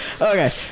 Okay